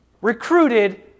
recruited